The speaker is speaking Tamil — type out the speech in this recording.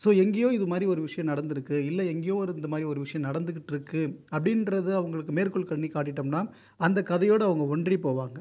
ஸோ எங்கேயோ இது மாதிரி ஒரு விஷயம் நடந்திருக்கு இல்லை எங்கேயோ இது மாதிரி ஒரு விஷயம் நடந்துகிட்டு இருக்குது அப்படிங்றத மேற்கோள் பண்ணி காட்டிவிட்டோம்னா அந்த கதையோடு ஒன்றி போவாங்க